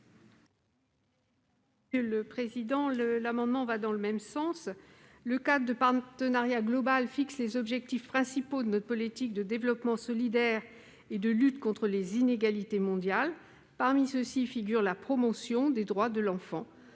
pour présenter l'amendement n° 230. Le cadre de partenariat global fixe les objectifs principaux de notre politique de développement solidaire et de lutte contre les inégalités mondiales. Parmi ceux-ci figure la promotion des droits de l'enfant.